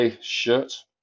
shirt